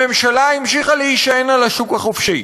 הממשלה המשיכה להישען על השוק החופשי.